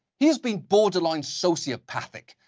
he's been borderline sociopathic.